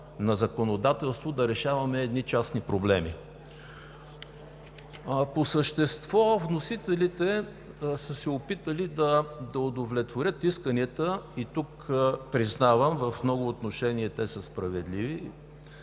на законодателството да решаваме частни проблеми. По същество вносителите са се опитали да удовлетворят исканията. Тук признавам – в много отношения те са справедливи